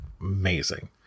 amazing